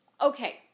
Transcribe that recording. Okay